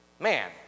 Man